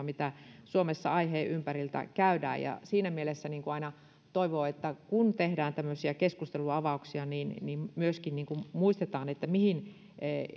mitä suomessa aiheen ympäriltä käydään siinä mielessä aina toivoo että kun tehdään tämmöisiä keskustelunavauksia niin niin myöskin muistetaan mihin